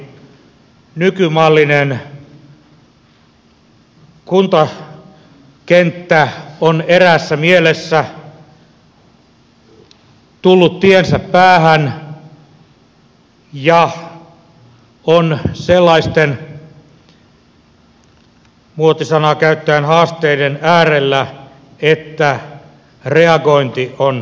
nykymallinen kuntakenttä on eräässä mielessä tullut tiensä päähän ja on sellaisten muotisanaa käyttäen haasteiden äärellä että reagointi on välttämätöntä